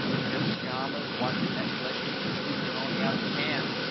in your pajamas, watching netflix and eating beefaroni out of a can.